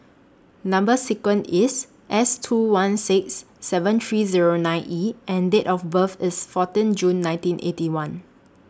Number sequence IS S two one six seven three Zero nine E and Date of birth IS fourteen June nineteen Eighty One